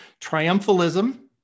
Triumphalism